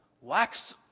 Wax